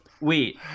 Wait